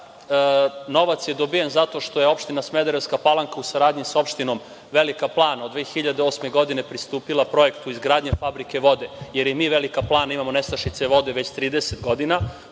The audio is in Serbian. novac je dobijen zato što je opština Smederevska Palanka u saradnji sa opštinom Velika Plana od 2008. godine pristupila projektu izgradnje fabrike vode, jer i mi i Velika Plana imamo nestašice vode već 30